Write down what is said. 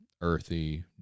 earthy